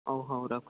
ହଉ ହଉ ରଖୁଚି